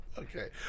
Okay